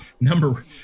number